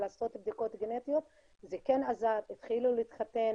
לעשות בדיקות גנטיות, זה כן עזר, הם התחילו להתחתן